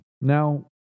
Now